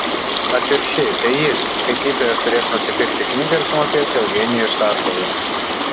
atvirkščiai tai jis skaitytojas turės nusipirkti knygą ir sumokėti eugenijui sakalui